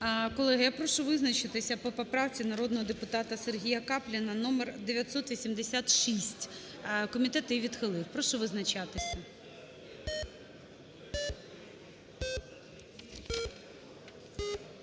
Колеги, я прошу визначитися по поправці народного депутата Сергія Капліна номер 986, комітет її відхилив. Прошу визначатися.